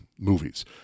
movies